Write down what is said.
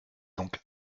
donc